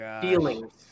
feelings